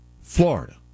Florida